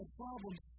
problems